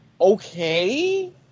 okay